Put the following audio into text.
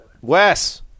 Wes